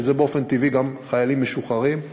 שזה באופן טבעי גם חיילים משוחררים.